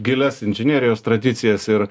gilias inžinerijos tradicijas ir